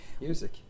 Music